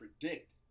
predict